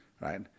right